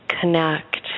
connect